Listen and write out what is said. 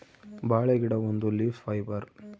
ಬಾಳೆ ಗಿಡ ಒಂದು ಲೀಫ್ ಫೈಬರ್